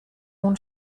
اون